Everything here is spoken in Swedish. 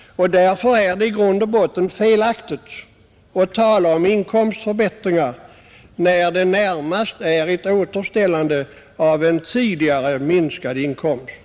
Därför är det felaktigt att tala om inkomstförbättringar när det närmast är ett återställande av en tidigare minskad inkomst.